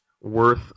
worth